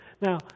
Now